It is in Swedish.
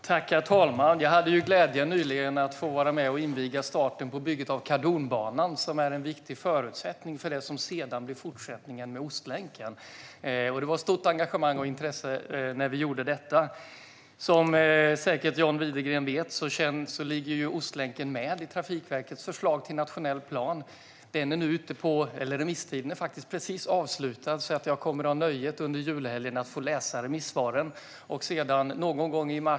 Herr talman! Jag hade nyligen glädjen att få vara med och inviga starten på bygget av Kardonbanan, som är en viktig förutsättning för det som sedan blir fortsättningen med Ostlänken. Det var stort engagemang och intresse när vi gjorde detta. Som John Widegren säkert vet ligger Ostlänken med i Trafikverkets förslag till nationell plan. Remisstiden är just avslutad, så jag kommer att ha nöjet att få läsa remissvaren under julhelgen.